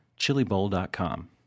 chilibowl.com